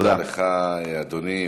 תודה לך, אדוני.